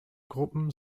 gruppen